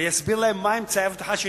ויסביר להם מהם אמצעי האבטחה שננקטו,